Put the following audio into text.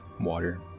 water